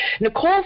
Nicole